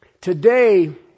today